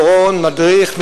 דורון מדריך,